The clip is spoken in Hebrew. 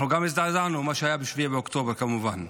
אנחנו גם הזדעזענו ממה שהיה ב-7 באוקטובר, כמובן.